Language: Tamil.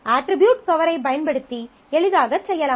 அட்ரிபியூட் கவரைப் பயன்படுத்தி எளிதாகச் செய்யலாம்